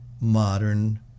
modern